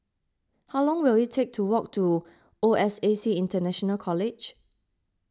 how long will it take to walk to O S A C International College